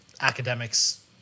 academics